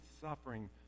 suffering